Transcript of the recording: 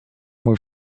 mój